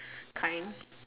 kind